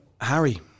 Harry